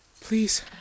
Please